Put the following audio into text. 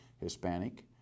Hispanic